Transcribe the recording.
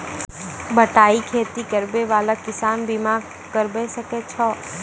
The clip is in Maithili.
बटाई खेती करै वाला किसान फ़सल बीमा करबै सकै छौ?